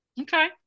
okay